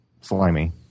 slimy